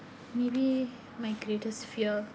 maybe my greatest fear